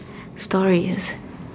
stories